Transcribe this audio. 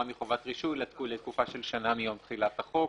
מחובת רישוי לתקופה של שנה מיום תחילת החוק